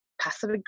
passive